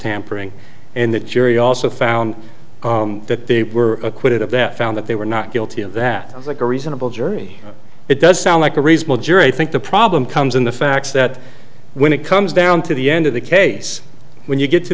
tampering and the jury also found that they were acquitted of that found that they were not guilty of that as like a reasonable jury it does sound like a reasonable juror i think the problem comes in the facts that when it comes down to the end of the case when you get to